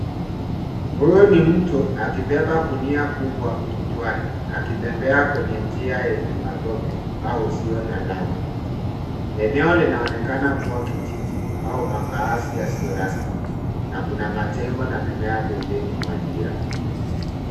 Huyu ni mtu akibeba gunia kubwa kichwani akitembea kwenye njia yenye matope au usio na lami. Eneo linaonekana kuwa kijiji au makaazi yasiyo rasmi na kuna majengo na mimea pembeni mwa njia.